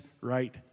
right